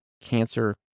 Cancer